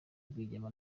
rwigema